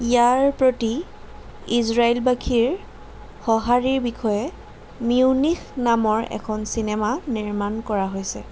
ইয়াৰ প্ৰতি ইজৰাইলবাসীৰ সঁহাৰিৰ বিষয়ে মিউনিখ নামৰ এখন চিনেমা নিৰ্মাণ কৰা হৈছে